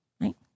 right